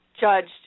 judged